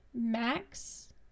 Max